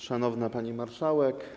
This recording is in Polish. Szanowna Pani Marszałek!